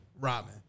Robin